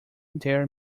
their